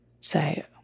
say